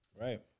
Right